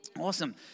Awesome